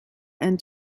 end